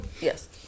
Yes